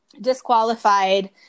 disqualified